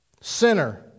Sinner